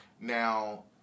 Now